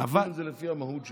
בודקים את זה לפי המהות שלו.